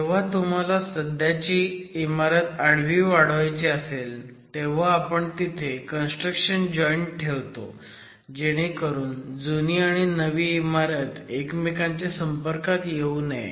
जेव्हा तुम्हाला सध्याची इमारत आडवी वाढवायची असेल तेव्हा आपण तिथे कन्स्ट्रक्शन जॉईंट ठेवतो जेणेकरून जुनी आणि नवी इमारत एकमेकांच्या संपर्कात येऊ नये